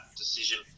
decision